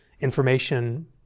information